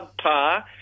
subpar